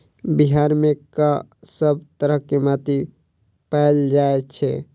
बिहार मे कऽ सब तरहक माटि पैल जाय छै?